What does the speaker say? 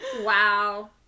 Wow